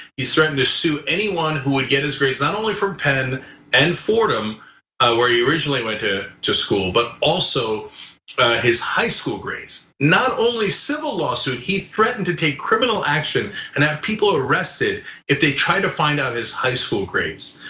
he's threatened to sue anyone who would get his grades, not only from penn and fordham where he originally went to to school, but also his high school grades. not only civil lawsuit, he threatened to take criminal action and have people arrested if they tried to find out his high school grades.